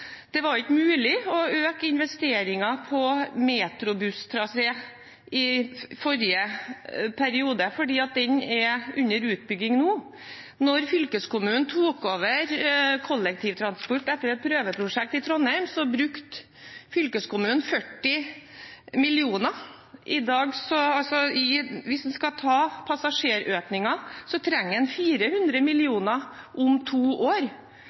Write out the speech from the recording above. Det var ikke mulig å øke investeringene på MetroBuss-traseen i forrige periode, fordi den er under utbygging nå. Da fylkeskommunen tok over kollektivtransporten etter et prøveprosjekt i Trondheim, brukte fylkeskommunen 40 mill. kr. Hvis en skal ta med passasjerøkningen, trenger en 400 mill. kr om to år.